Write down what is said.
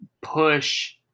push